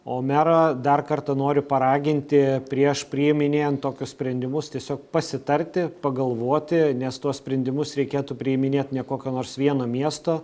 o merą dar kartą noriu paraginti prieš priiminėjant tokius sprendimus tiesiog pasitarti pagalvoti nes tuos sprendimus reikėtų priiminėt ne kokio nors vieno miesto